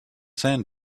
sand